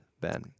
Ben